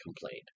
complained